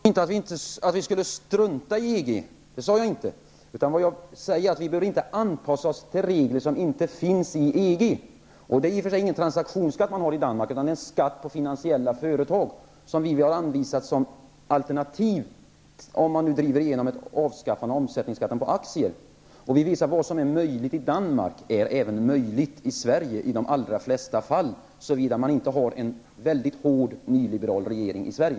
Herr talman! Jag sade inte att vi skulle strunta i EG. Jag sade däremot att vi inte behöver anpassa oss till regler som inte finns i EG. I Danmark har man i och för sig ingen transaktionsskatt utan en skatt på finansiella företag. Vi har anvisat detta som ett alternativ, om man driver igenom ett avskaffande av omsättningsskatten på aktier. Vi visar att vad som är möjligt i Danmark är möjligt även i Sverige i de allra flesta fall, såvida man inte har en mycket hård nyliberal regering i Sverige.